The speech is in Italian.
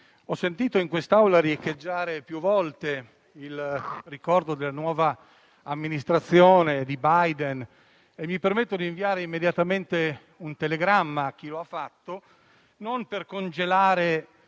ho sentito in quest'Aula riecheggiare più volte un riferimento alla nuova Amministrazione Biden. Mi permetto di inviare immediatamente un telegramma a chi lo ha fatto, non per congelare